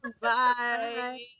bye